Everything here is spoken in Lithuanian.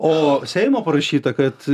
o seimo parašyta kad